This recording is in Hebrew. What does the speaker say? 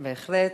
בהחלט.